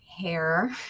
hair